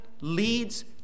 leads